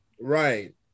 right